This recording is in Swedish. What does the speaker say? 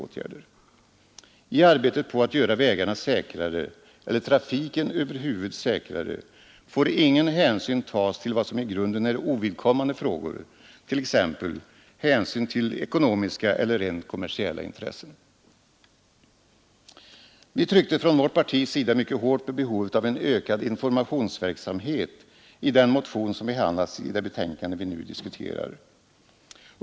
I arbetet på att göra vägarna säkrare, eller trafiken över huvud säkrare, får ingen hänsyn tas till vad som i grunden är ovidkommande frågor, t.ex. ekonomiska eller rent kommersiella intressen. I den motion som behandlas i det betänkande vi nu diskuterar tryckte vi från vårt partis sida mycket hårt på behovet av ökad informationsverksamhet.